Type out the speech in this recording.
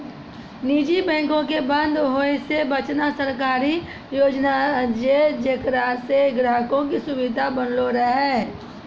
निजी बैंको के बंद होय से बचाना सरकारी योजना छै जेकरा से ग्राहको के सुविधा बनलो रहै